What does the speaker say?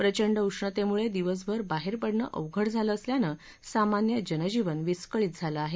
प्रचंड उष्णतेमुळे दिवसभर बाहेर पडणं अवघड झालं असल्यानं सामान्य जनजीवन विस्कळीत झालं आहे